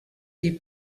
les